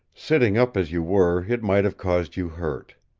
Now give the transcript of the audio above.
sitting up as you were it might have caused you hurt.